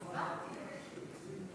הצבעתי.